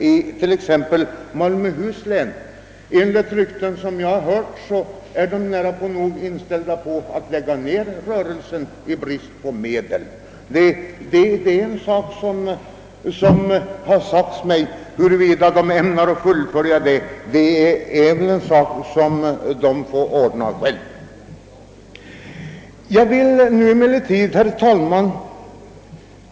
Enligt rykten jag hört är man i lantbruksnämnden i Malmöhus län nära nog inställd på att lägga ned verksamheten på grund av brist på medel. Så har det sagts mig — huruvida det talet har någon grund får givetvis stå för sagesmannens egen räkning.